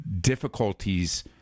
difficulties